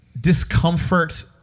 discomfort